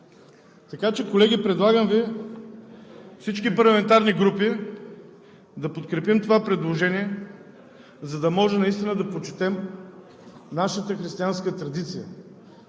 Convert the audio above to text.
Така че, колеги, предлагам Ви всички парламентарни групи да подкрепим това предложение, за да можем наистина да почетем нашата християнска традиция